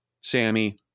Sammy